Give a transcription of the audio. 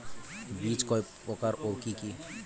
বীজ কয় প্রকার ও কি কি?